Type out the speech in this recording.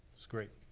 that's great.